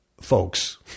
folks